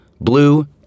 blue